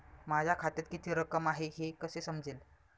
माझ्या खात्यात किती रक्कम आहे हे कसे समजेल?